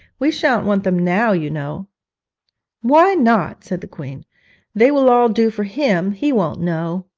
we shan't want them now, you know why not said the queen they will all do for him he won't know.